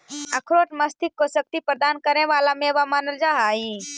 अखरोट मस्तिष्क को शक्ति प्रदान करे वाला मेवा मानल जा हई